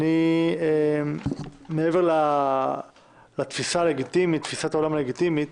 מעבר לתפיסת העולם הלגיטימית,